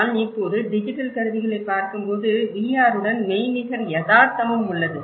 ஆனால் இப்போது டிஜிட்டல் கருவிகளைப் பார்க்கும்போது VRருடன் மெய்நிகர் யதார்த்தமும் உள்ளது